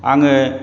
आङो